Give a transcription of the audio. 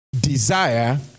desire